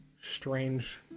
strange